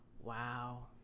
wow